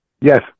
Yes